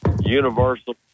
Universal